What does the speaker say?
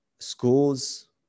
Schools